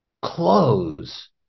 clothes